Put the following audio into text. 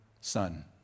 son